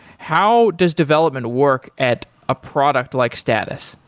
how does development work at a product like status?